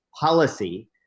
policy